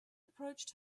approached